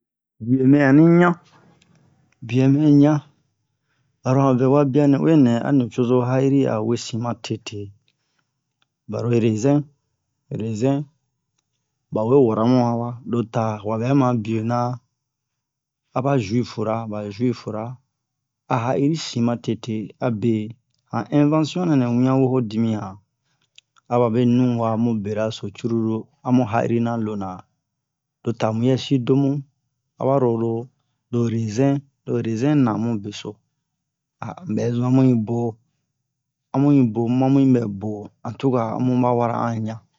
bie mɛ ani ɲa biɛ mɛ ɲa aro han vɛwa bia nɛ we nɛ a nucozo ha'iri a wesin ma tete baro rezin rezin ba we wara mu han wa lota wa bɛ ma bio na aba juifura ba juifura a ha'iri sin ma tete abe han invention nanɛ wian wo o dimiyan aba be nuwa mu beraso cruru amu ha'iri na lona lota muyɛ sin domu abaro lo rizin lo rezin namu beso unbɛ zun amu yi bo amu yi bo mamu yibɛ bo en tu ka amu ba wara an ɲan